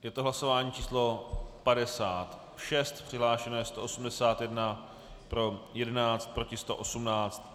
Je to hlasování číslo 56, přihlášeno 181, pro 11, proti 118.